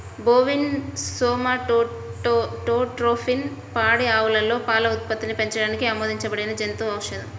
bovine somatotropin పాడి ఆవులలో పాల ఉత్పత్తిని పెంచడానికి ఆమోదించబడిన జంతు ఔషధం